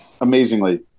amazingly